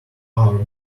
our